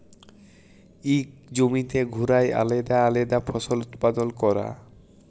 ইক জমিতে ঘুরায় আলেদা আলেদা ফসল উৎপাদল ক্যরা